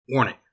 Warning